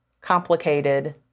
complicated